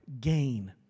gain